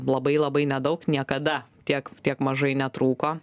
labai labai nedaug niekada tiek tiek mažai netrūko